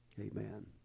Amen